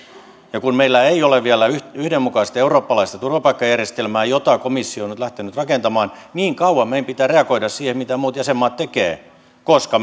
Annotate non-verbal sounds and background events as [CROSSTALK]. ja kun meillä ei ole vielä yhdenmukaista eurooppalaista turvapaikkajärjestelmää jota komissio on nyt lähtenyt rakentamaan niin kauan meidän pitää reagoida siihen mitä muut jäsenmaat tekevät koska [UNINTELLIGIBLE]